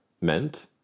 meant